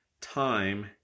time